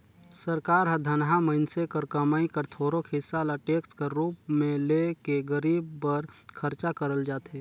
सरकार हर धनहा मइनसे कर कमई कर थोरोक हिसा ल टेक्स कर रूप में ले के गरीब बर खरचा करल जाथे